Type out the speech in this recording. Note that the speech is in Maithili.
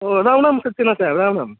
ओ राम राम सक्सेना साहेब राम राम